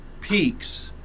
peaks